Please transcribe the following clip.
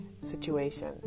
situation